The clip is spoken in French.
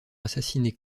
assassiner